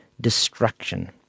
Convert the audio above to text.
destruction